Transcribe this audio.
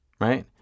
right